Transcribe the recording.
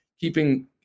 keeping